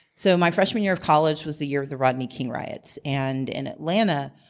so my freshman year of college was the year of the rodney king riots. and in atlanta,